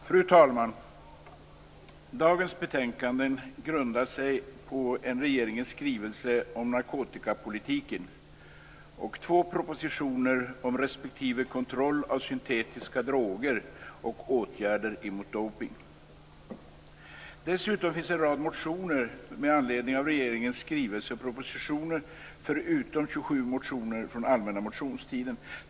Fru talman! Dagens betänkanden grundar sig på en regeringens skrivelse om narkotikapolitiken och två propositioner om kontroll av syntetiska droger respektive åtgärder mot dopning. Dessutom finns en rad motioner med anledning av regeringens skrivelser och propositioner förutom 27 motioner från allmänna motionstiden.